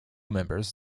members